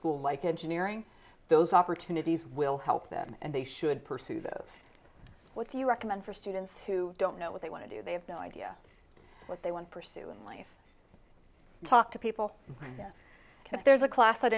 school like engineering those opportunities will help them and they should pursue those what do you recommend for students who don't know what they want to do they have no idea what they want pursuing life talk to people if there's a class that